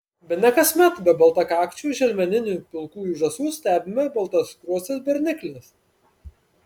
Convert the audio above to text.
bene kasmet be baltakakčių želmeninių pilkųjų žąsų stebime baltaskruostes bernikles